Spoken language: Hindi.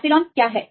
एप्सिलॉन क्या है